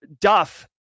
duff